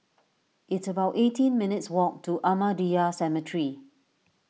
it's about eighteen minutes' walk to Ahmadiyya Cemetery